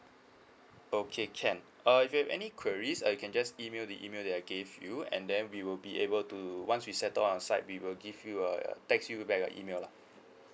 okay can uh if you have any queries uh you can just email the email that I gave you and then we will be able to once we settle on our side we will give you a text you back your email lah